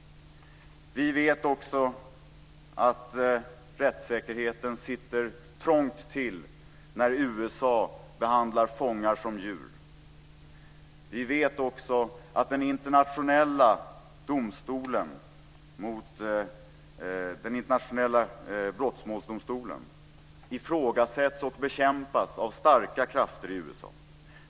Vi vet också att rättssäkerheten sitter trångt till när USA behandlar fångar som djur. Vi vet att också att den internationella brottmålsdomstolen ifrågasätts och bekämpas av starka krafter i USA.